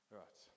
right